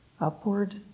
upward